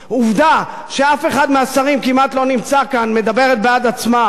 העובדה שאף אחד מהשרים כמעט לא נמצא כאן מדברת בעד עצמה,